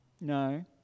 No